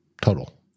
total